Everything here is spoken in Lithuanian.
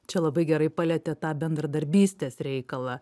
čia labai gerai palietėt tą bendradarbystės reikalą